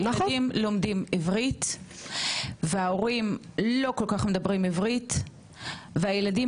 הילדים לומדים עברית וההורים לא כל כך מדברים עברית והילדים